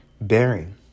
bearing